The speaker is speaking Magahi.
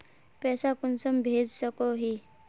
पैसा कुंसम भेज सकोही?